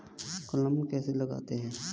कलम कैसे लगाते हैं?